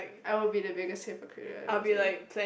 I will be the biggest hypocrite